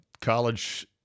college